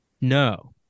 No